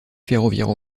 ferroviaire